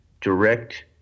direct